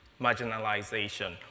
marginalization